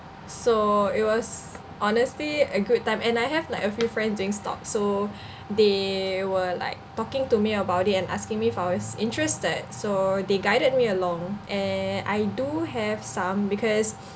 so it was honestly a good time and I have like a few friends doing stocks so they were like talking to me about it and asking me if I was interested so they guided me along and I do have some because